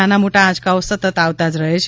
નાના મોટા આંચકાઓ સતત આવતા જ રહે છે